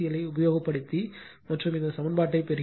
L உபயோகப்படுத்தி மற்றும் இந்த சமன்பாட்டைப் பெறுகிறோம்